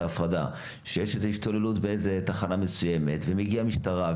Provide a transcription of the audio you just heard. ההפרדה כשיש השתוללות בתחנה מסוימת ומגיעה משטרה,